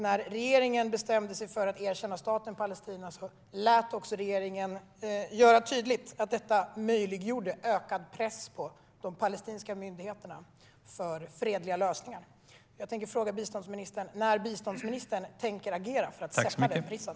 När regeringen bestämde sig för att erkänna staten Palestina gjorde den också tydligt att detta möjliggjorde ökad press på de palestinska myndigheterna för fredliga lösningar. Jag undrar när biståndsministern tänker agera för att sätta den pressen.